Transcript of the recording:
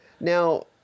Now